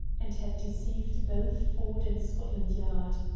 and had deceived both ford and scotland yard.